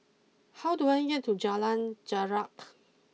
how do I get to Jalan Jarak